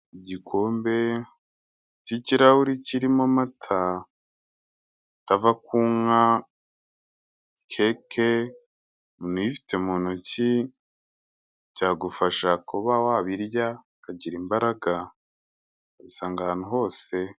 Igikombe k'ikirahure kirimo amata, ava ku nka, keke, umuntu uyifite mu ntoki, byagufasha kuba wabirya, ukagira imbaraga, wabisanga ahantu hose.